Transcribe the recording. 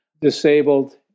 disabled